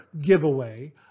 giveaway